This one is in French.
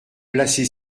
placé